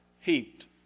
heaped